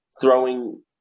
throwing